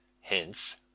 Hence